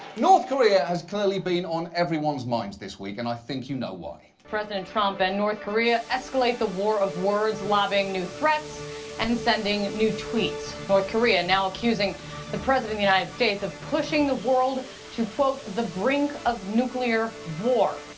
north korea has clearly been on everyone's minds this week, and i think you know why. president trump and north korea escalate the war of words, lobbing new threats and sending new tweets. north korea now accusing the president of the united states of pushing the world to, quote, the brink of nuclear war.